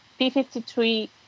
P53